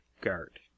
Guard